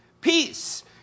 Peace